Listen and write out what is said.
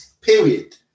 Period